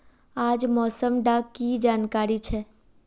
आज मौसम डा की जानकारी छै?